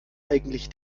eigentlich